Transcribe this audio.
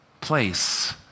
place